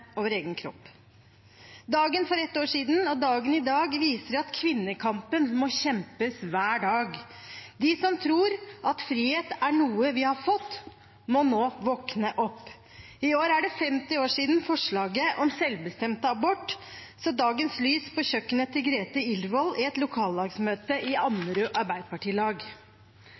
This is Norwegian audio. over egen kropp. Dagen for ett år siden og dagen i dag viser at kvinnekampen må kjempes hver dag. De som tror at frihet er noe vi har fått, må nå våkne opp. I år er det 50 år siden forslaget om selvbestemt abort så dagens lys på kjøkkenet til Grethe Irvoll i et lokallagsmøte i Ammerud arbeiderpartilag.